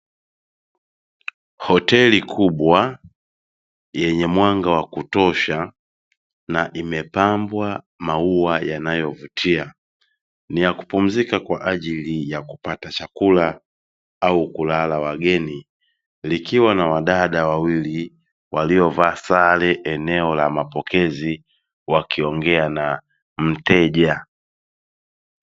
Hoteli kubwa yenye mwanga wa kutosha na imepambwa maua yanayovutia, ni ya kupumzika kwa ajili ya kupata chakula, au kulala wageni, likiwa na wadada wawili waliovaa sare eneo la mapokezi wakiongea na mteja.